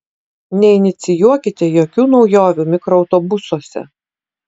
neinicijuokite jokių naujovių mikroautobusuose